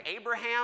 Abraham